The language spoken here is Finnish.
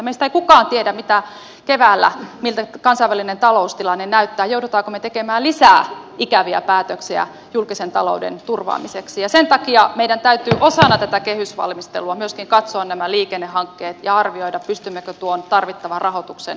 meistä ei kukaan tiedä miltä kansainvälinen taloustilanne keväällä näyttää joudummeko me tekemään lisää ikäviä päätöksiä julkisen talouden turvaamiseksi ja sen takia meidän täytyy osana tätä kehysvalmistelua myöskin katsoa nämä liikennehankkeet ja arvioida pystymmekö tuon tarvittavan rahoituksen löytämään